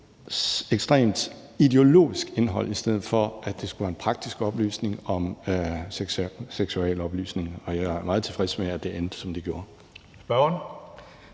ekstremt ideologisk indhold, i stedet for at det skulle være en praktisk orienteret seksualoplysning. Og jeg er meget tilfreds med, at det endte, som det gjorde. Kl.